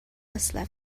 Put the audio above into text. left